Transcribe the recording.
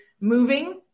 moving